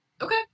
Okay